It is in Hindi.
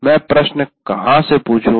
मैं प्रश्न कहां से पूछूं